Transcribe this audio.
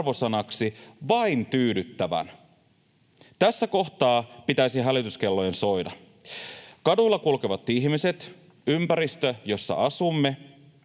arvosanaksi vain tyydyttävän. Tässä kohtaa pitäisi hälytyskellojen soida. Kadulla kulkevat ihmiset, ympäristö, jossa asumme,